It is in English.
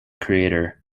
creator